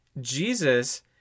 Jesus